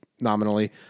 nominally